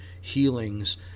healings